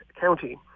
county